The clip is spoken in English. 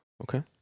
Okay